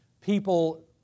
people